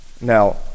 Now